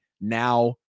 now